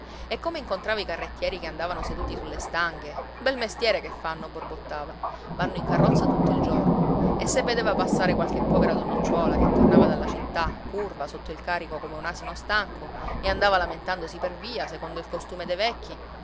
e come incontrava i carrettieri che andavano seduti sulle stanghe bel mestiere che fanno borbottava vanno in carrozza tutto il giorno e se vedeva passare qualche povera donnicciuola che tornava dalla città curva sotto il carico come un asino stanco e andava lamentandosi per via secondo il costume dei vecchi